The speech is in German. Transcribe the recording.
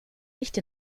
nicht